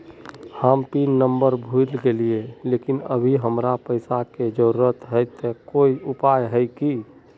हम pin number भूल गेलिये लेकिन अभी हमरा पैसा के जरुरत है ते कोई उपाय है की?